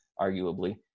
arguably